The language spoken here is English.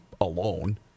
alone